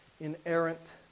inerrant